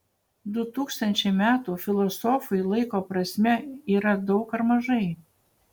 du tūkstančiai metų filosofui laiko prasme yra daug ar mažai